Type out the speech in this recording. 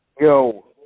Yo